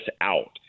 out